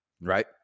right